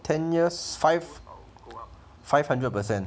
ten years five five hundred percent